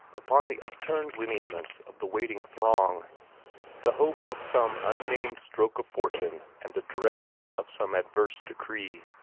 upon the upturned lineaments of the waiting throng the hope of some unnamed stroke of fortune and the dread of some adverse decree.